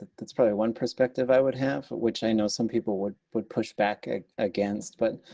that's probably one perspective i would have which i know some people would would push back and against but